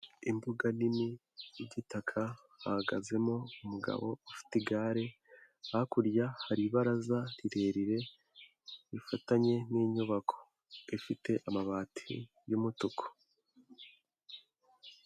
Imbuga nini y'igitaka, hahagazemo umugabo ufite igare, hakurya hari ibaraza rirerire rifatanye n'inyubako. Ifite amabati y'umutuku.